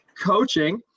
coaching